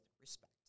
respect